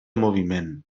moviment